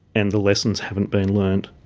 and the lessons haven't been learned.